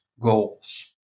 goals